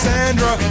Sandra